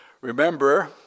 Remember